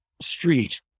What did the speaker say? street